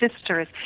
sisters